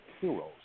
heroes